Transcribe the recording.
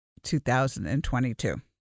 2022